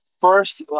first